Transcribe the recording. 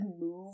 move